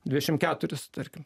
dvidešim keturis tarkim